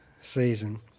season